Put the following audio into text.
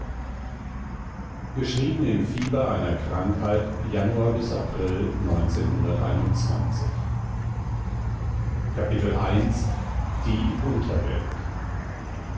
geschrieben im fieber einer krankheit januar bis april